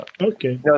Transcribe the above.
Okay